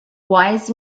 wise